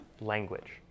language